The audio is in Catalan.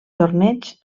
torneig